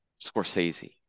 Scorsese